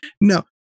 No